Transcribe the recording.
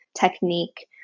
technique